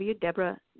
Deborah